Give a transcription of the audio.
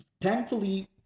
Thankfully